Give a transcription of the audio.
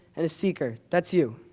and a seeker, that's you.